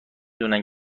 دونن